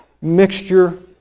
mixture